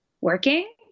working